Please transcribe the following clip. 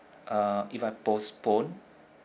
uh if I postpone